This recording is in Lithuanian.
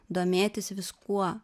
domėtis viskuo